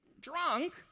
drunk